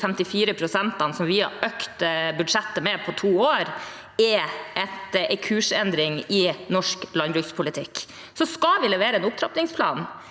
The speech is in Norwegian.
54 prosentene som vi har økt budsjettet med på to år, er en kursendring i norsk landbrukspolitikk. Vi skal levere en opptrappingsplan,